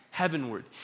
heavenward